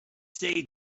say